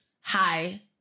hi